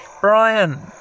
Brian